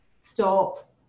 stop